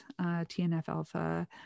TNF-alpha